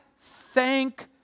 thank